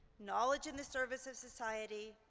knowledge in the service of society.